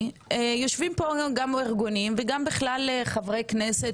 אלא אני רוצה להזכיר שאנחנו אוכפים את כל המגזר של